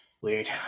Weird